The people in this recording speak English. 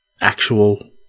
actual